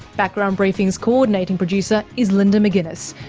background briefing's coordinating producer is linda mcginness,